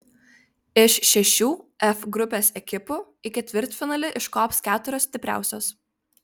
iš šešių f grupės ekipų į ketvirtfinalį iškops keturios stipriausios